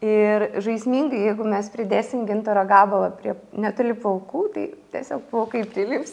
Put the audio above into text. ir žaismingai jeigu mes pridėsim gintaro gabalą prie netoli plaukų tai tiesiog plaukai prilips